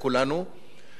שהממשלה,